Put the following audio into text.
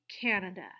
Canada